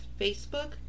Facebook